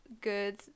good